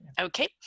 Okay